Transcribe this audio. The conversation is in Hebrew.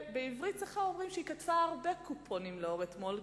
שבעברית צחה אומרים שהיא קטפה הרבה קופונים לאור אתמול,